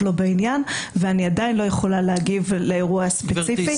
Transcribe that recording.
ובעניין ואני עדיין לא יכולה להגיב לאירוע הספציפי,